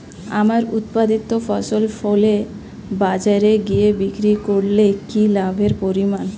আমার উৎপাদিত ফসল ফলে বাজারে গিয়ে বিক্রি করলে কি লাভের পরিমাণ?